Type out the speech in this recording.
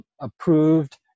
approved